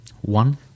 One